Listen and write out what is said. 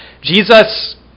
Jesus